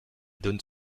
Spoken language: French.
donne